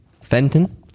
Fenton